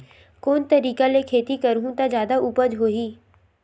कोन तरीका ले खेती करहु त जादा उपज होही?